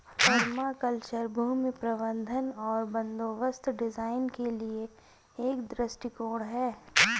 permaculture भूमि प्रबंधन और बंदोबस्त डिजाइन के लिए एक दृष्टिकोण है